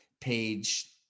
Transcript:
page